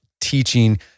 teaching